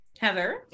Heather